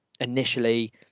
initially